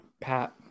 Pat